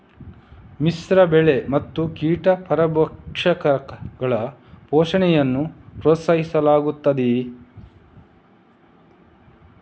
ಮಿಶ್ರ ಬೆಳೆ ಮತ್ತು ಕೀಟ ಪರಭಕ್ಷಕಗಳ ಪೋಷಣೆಯನ್ನು ಪ್ರೋತ್ಸಾಹಿಸಲಾಗುತ್ತದೆ